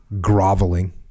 groveling